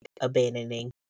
abandoning